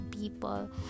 people